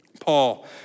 Paul